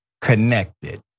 connected